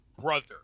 brother